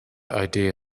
idea